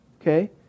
okay